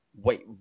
wait